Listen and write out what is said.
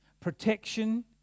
protection